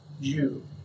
Jew